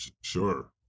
Sure